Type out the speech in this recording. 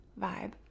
Vibe